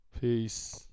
peace